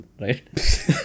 right